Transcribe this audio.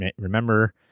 Remember